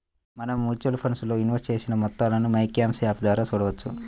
మనం mutual funds లో invest చేసిన మొత్తాలను మైక్యామ్స్ యాప్ ద్వారా చూడవచ్చు